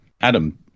Adam